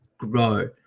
Grow